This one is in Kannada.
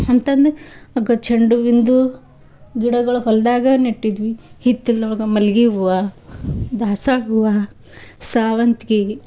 ಅಂತಂದು ಆಗ ಚಂಡು ಹೂವಿಂದು ಗಿಡಗಳು ಹೊಲ್ದಾಗ ನೆಟ್ಟಿದ್ವಿ ಹಿತ್ತೊಲ್ದೊಳಗೆ ಮಲ್ಲಿಗೆ ಹೂವು ದಾಸ್ವಾಳ ಹೂವ ಸಾವಂತ್ಗಿ